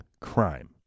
crime